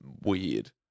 weird